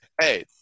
Hey